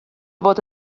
fod